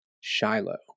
Shiloh